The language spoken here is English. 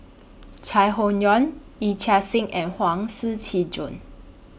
Chai Hon Yoong Yee Chia Hsing and Huang Shiqi Joan